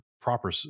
proper